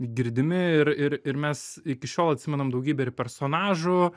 girdimi ir ir ir mes iki šiol atsimenam daugybę ir personažų